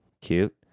Cute